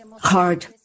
hard